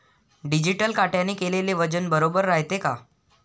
Digital काट्याने केलेल वजन बरोबर रायते का?